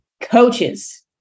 coaches